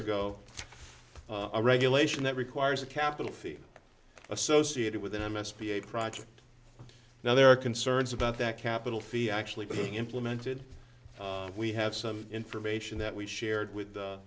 ago a regulation that requires a capital fee associated with an m s p a project now there are concerns about that capital fee actually being implemented we have some information that we shared with